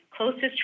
closest